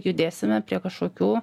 judėsime prie kažkokių